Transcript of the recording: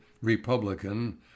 Republican